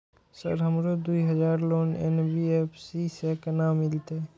Sir हमरो दूय हजार लोन एन.बी.एफ.सी से केना मिलते?